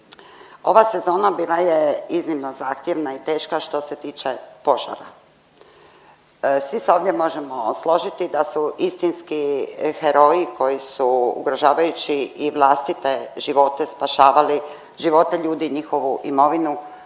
Ova sezona bila je iznimno zahtjevna i teška što se tiče požara. Svi se ovdje možemo složiti da su istinski heroji koji su ugrožavajući i vlastite živote, spašavali živote ljude i njihovu imovinu,